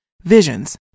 visions